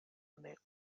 network